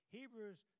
Hebrews